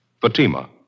Fatima